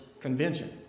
convention